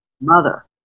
mother